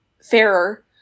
fairer